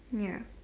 ya